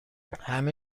همه